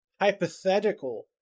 hypothetical